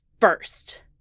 first